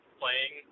playing